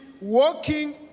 working